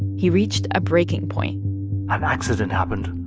he reached a breaking point an accident happened,